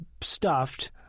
stuffed-